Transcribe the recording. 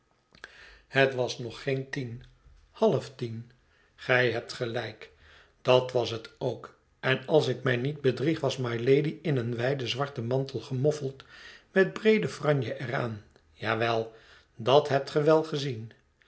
het was nog geen tien half tien gij hebt gelijk dat was het ook en als ik mij niet bedrieg was mylady in een wijden zwarten mantel gemoffeld jnet breede franje er aan ja wel dat hebt ge wel gezien